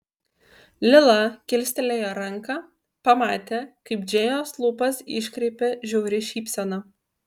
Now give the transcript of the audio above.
lila kilstelėjo ranką pamatė kaip džėjos lūpas iškreipia žiauri šypsena